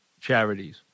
charities